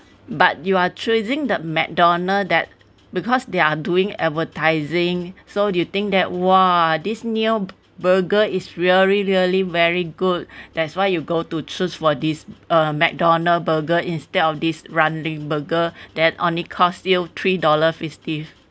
but you are choosing the mcdonald that because they are doing advertising so do you think that !wah! this new burger is really really very good that's why you go to choose for this uh mcdonald burger instead of this ramly burger that only cost you three dollar fifty